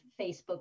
Facebook